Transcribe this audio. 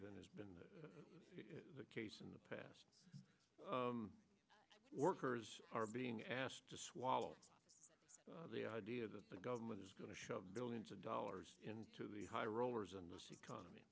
has been the case in the past workers are being asked to swallow the idea that the government is going to shove billions of dollars into the high rollers in the economy